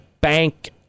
bank